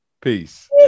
Peace